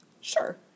Sure